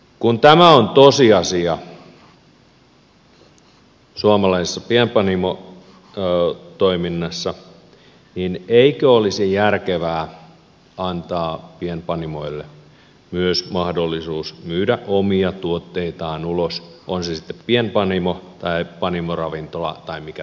kun tämä on tosiasia suomalaisessa pienpanimotoiminnassa niin eikö olisi järkevää antaa myös pienpanimoille mahdollisuus myydä omia tuotteitaan ulos on se sitten pienpanimo tai panimoravintola tai mikä tahansa